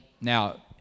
Now